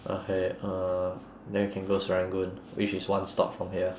okay uh then we can go serangoon which is one stop from here